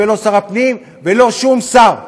לא שר הפנים ולא שום שר.